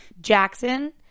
Jackson